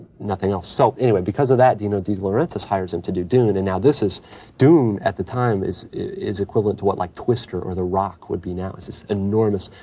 nothing else. so anyway, because of that, you know, delaurentis hires him to do dune and now this is dune, at the time, is is equivalent to what, like, twister or the rock would be now. it's this enormous,